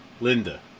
Linda